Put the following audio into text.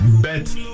bet